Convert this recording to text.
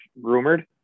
rumored